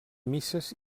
misses